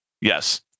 Yes